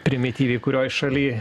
primityviai kurioj šaly